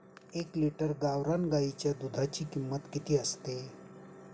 एक लिटर गावरान गाईच्या दुधाची किंमत किती असते?